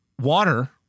water